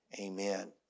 Amen